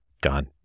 gone